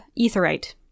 etherite